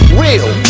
real